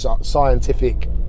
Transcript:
scientific